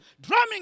drumming